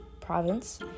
province